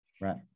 Right